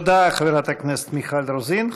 תודה, חברת הכנסת מיכל רוזין.